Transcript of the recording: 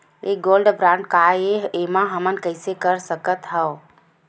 ये gold bond काय ए एमा हमन कइसे कर सकत हव?